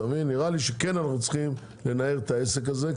נראה לי שאנחנו צריכים לנהל את העסק הזה,